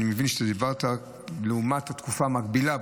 אני מבין שדיברת על לעומת התקופה המקבילה,